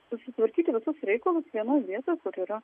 susitvarkyti visus reikalus vienoj vietoj kur yra